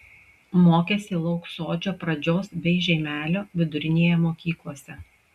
mokėsi lauksodžio pradžios bei žeimelio vidurinėje mokyklose